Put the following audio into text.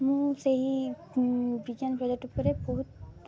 ମୁଁ ସେହି ବିଜ୍ଞାନ ପ୍ରୋଜେକ୍ଟ ଉପରେ ବହୁତ